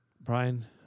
Brian